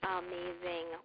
amazing